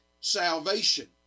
salvation